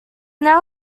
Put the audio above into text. now